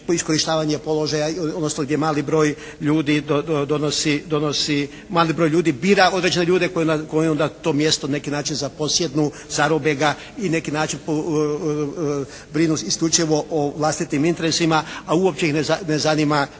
iskorištavanje položaja odnosno gdje mali broj ljudi donosi, mali broj ljudi bira određene ljudi koji onda na to mjesto na neki način zaposjednu, zarobe ga i na neki način brinu isključivo o vlastitim interesima, a uopće ih ne zanima